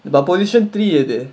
but position three எது:ethu